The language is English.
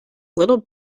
little